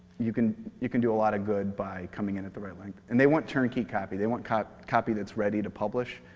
you can you can do a lot of good by coming in at the right length. and they want turnkey copy, they want copy copy that's ready to publish.